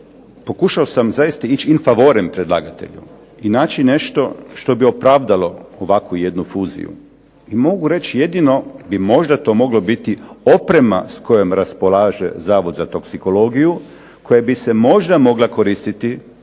pokušao sam zaista ići in favorem predlagatelju, i naći nešto što bi opravdalo ovakvu jednu fuziju, i mogu reći jedino bi možda to moglo biti oprema s kojom raspolaže Zavod za toksikologiju, koja bi se možda mogla koristiti